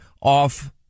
off